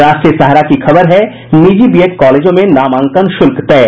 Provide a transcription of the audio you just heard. राष्ट्रीय सहारा लिखता है निजी बीएड कॉलेजों में नामांकन शुल्क तय